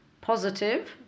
Positive